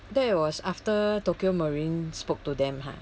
that was after tokio marine spoke to them ha